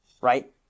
Right